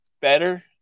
better